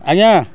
ଆଜ୍ଞା